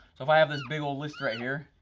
if i have this big old list right here,